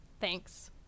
Thanks